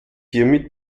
hiermit